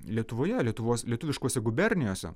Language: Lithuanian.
lietuvoje lietuvos lietuviškose gubernijose